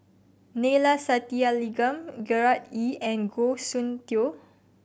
Neila Sathyalingam Gerard Ee and Goh Soon Tioe